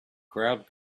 crowd